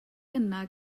yna